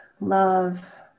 love